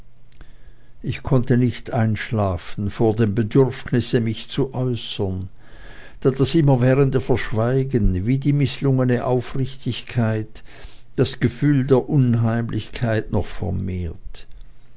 ich konnte nicht einschlafen vor dem bedürfnisse mich zu äußern da das immerwährende verschweigen wie die mißlungene aufrichtigkeit das gefühl des unheimlichen noch vermehrt